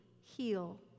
heal